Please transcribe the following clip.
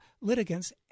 litigants